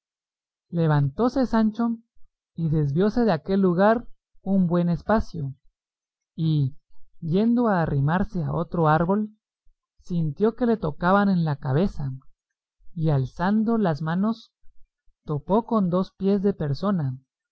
levantóse sancho y desvióse de aquel lugar un buen espacio y yendo a arrimarse a otro árbol sintió que le tocaban en la cabeza y alzando las manos topó con dos pies de persona